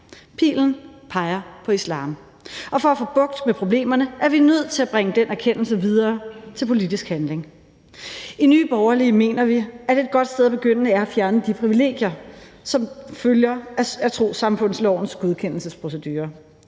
Pilen peger på islam. Og for at få bugt med problemerne er vi nødt til at bringe den erkendelse videre til politisk handling. I Nye Borgerlige mener vi, at et godt sted at begynde er at fjerne de privilegier, som følger af trossamfundslovens godkendelsesprocedure,